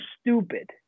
stupid